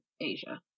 Asia